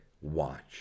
watch